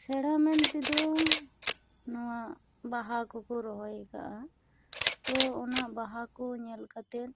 ᱥᱮᱬᱟ ᱢᱮᱱᱛᱮᱫᱚ ᱱᱚᱣᱟ ᱵᱟᱦᱟ ᱠᱚᱠᱚ ᱨᱚᱦᱚᱭ ᱟᱠᱟᱫᱟ ᱛᱚ ᱚᱱᱟ ᱵᱟᱦᱟᱠᱚ ᱧᱮᱞ ᱠᱟᱛᱮᱫ